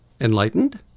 Enlightened